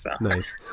Nice